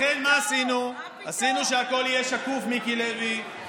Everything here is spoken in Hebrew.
שאדם ישתמש בכוח השלטוני שלו לטובת הנאה.